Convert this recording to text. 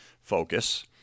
focus